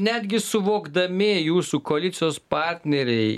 netgi suvokdami jūsų koalicijos partneriai